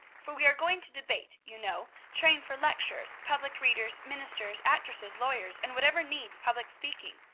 for we are going to debate, you know train for lecturers, public readers, ministers, actresses, lawyers, and whatever needs public speaking,